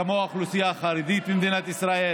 כמו האוכלוסייה החרדית במדינת ישראל,